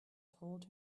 told